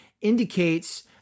indicates